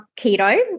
keto